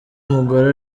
umugore